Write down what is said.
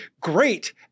great